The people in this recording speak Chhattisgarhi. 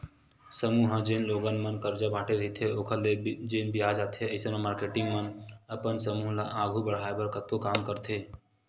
समूह ह जेन लोगन मन करजा बांटे रहिथे ओखर ले जेन बियाज आथे अइसन म मारकेटिंग मन अपन समूह ल आघू बड़हाय बर कतको काम करथे